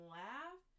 laugh